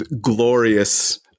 glorious